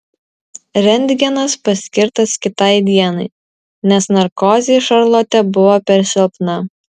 rentgenas paskirtas kitai dienai nes narkozei šarlotė buvo per silpna